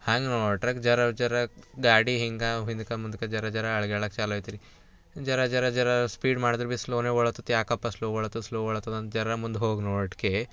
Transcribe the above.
ಹಾಂಗೆ ನೋಡ್ರಗ ಜರ ಜರ ಗಾಡಿ ಹಿಂಗೆ ಹಿಂದಕ್ಕ ಮುಂದಕ್ಕ ಜರ ಜರ ಅಲ್ಗಾಡಕ್ ಚಾಲು ಆಯ್ತುರೀ ಜರ ಜರ ಜರ ಸ್ಟೀಡ್ ಮಾಡಿದ್ರು ಭಿ ಸ್ಲೋನೆ ಓಡತತ್ತಿ ಯಾಕಪ್ಪ ಸ್ಲೋ ಓಡತ್ತದ ಸ್ಲೋ ಓಡತ್ತದ ಅಂತ ಜರಾ ಮುಂದೆ ಹೋಗಿ ನೋಡ್ಕೆ